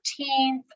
14th